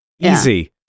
easy